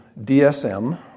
DSM